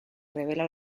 revela